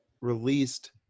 released